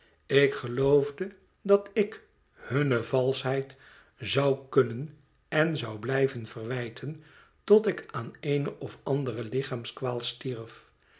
ik geloofde dat ik hun hunne valschheid zou kunnen en zou blijven verwijten tot ik aan eene of andere lichaamskwaal stierf